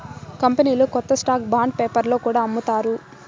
కంపెనీలు కొత్త stock bond పేపర్లో కూడా అమ్ముతారు